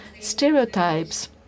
stereotypes